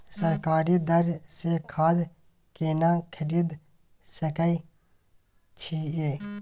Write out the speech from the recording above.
सरकारी दर से खाद केना खरीद सकै छिये?